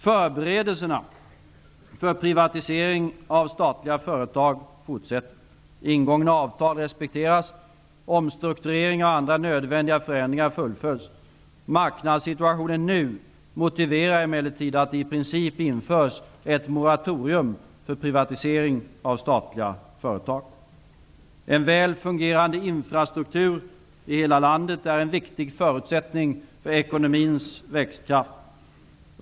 Förberedelserna för privatiseringen av statliga företag fortsätter. Ingångna avtal respekteras. Omstruktureringar och andra nödvändiga förändringar fullföljs. Marknadssituationen nu motiverar emellertid att det i princip införs ett moratorium för privatisering av statliga företag. En väl fungerande infrastruktur i hela landet är en viktig förutsättning för ekonomins växtkraft.